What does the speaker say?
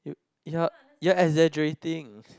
you are you are exaggerating